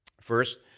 First